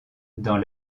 dans